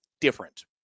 different